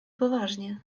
poważnie